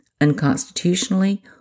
unconstitutionally